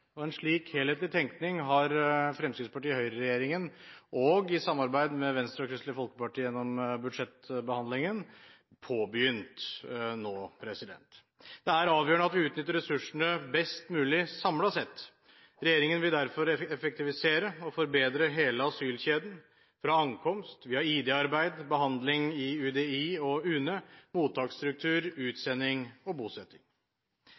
En slik helhetlig tenkning har Høyre–Fremskrittsparti-regjeringen i samarbeid med Venstre og Kristelig Folkeparti nå påbegynt gjennom budsjettbehandlingen. Det er avgjørende at vi utnytter ressursene best mulig samlet sett. Regjeringen vil derfor effektivisere og forbedre hele asylkjeden fra ankomst via ID-arbeid, behandling i UDI og UNE, mottaksstruktur, utsending og bosetting.